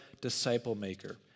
disciple-maker